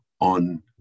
on